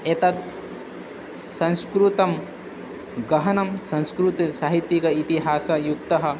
एतत् संस्कृतं गहनं संस्कृतसाहित्यिक इतिहासयुक्तः